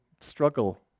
struggle